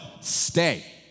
Stay